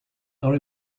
are